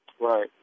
right